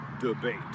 debate